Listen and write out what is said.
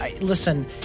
Listen